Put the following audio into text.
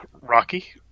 Rocky